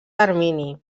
termini